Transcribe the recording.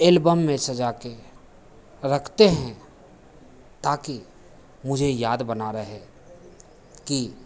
album में सजाकर रखते हैं ताकि मुझे याद बना रहे कि